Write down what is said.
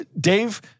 Dave